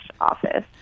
office